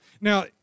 Now